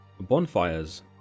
Bonfires